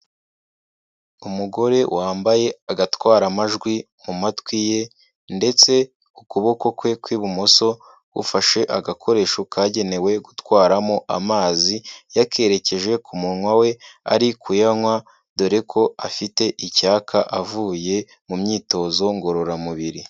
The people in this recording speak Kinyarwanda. Umugore wambaye agatwaramajwi mu matwi ye ndetse ukuboko kwe kw'ibumoso gufashe agakoresho kagenewe gutwaramo amazi, yakerekeje ku munwa we ari kuyanywa dore ko afite icyaka, avuye mu myitozo ngororamubiri.